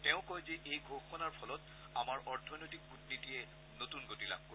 তেওঁ কয় যে এই ঘোষণাৰ ফলত আমাৰ অৰ্থনৈতিক কূটনীতিয়ে নতুন গতি লাভ কৰিব